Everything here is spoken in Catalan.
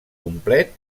complet